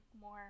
more